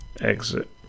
Exit